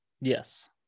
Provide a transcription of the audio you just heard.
yes